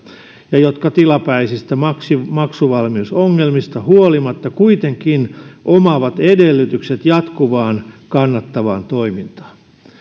ja jotka tilapäisistä maksuvalmiusongelmista huolimatta kuitenkin omaavat edellytykset jatkuvaan kannattavaan toimintaan